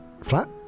flat